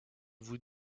vous